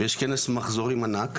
יש כנס מחזורים ענק.